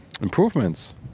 Improvements